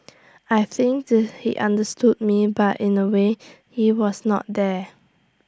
I think he understood me but in A way he was not there